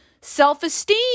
self-esteem